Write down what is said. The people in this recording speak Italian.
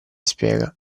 spiega